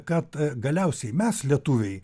kad galiausiai mes lietuviai